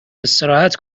استراحت